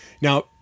Now